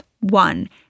One